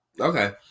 okay